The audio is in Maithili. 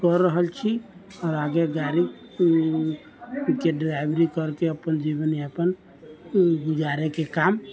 कऽ रहल छी आओर आगे गाड़ीके ड्राइवरी करिके अपन जीवनयापन गुजारैके काम